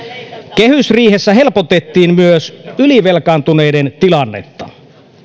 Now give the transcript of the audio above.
kehysriihessä helpotettiin myös ylivelkaantuneiden tilannetta